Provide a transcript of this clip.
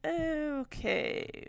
Okay